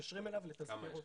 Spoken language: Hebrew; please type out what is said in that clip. מתקשרים אליו לתזכר אותו.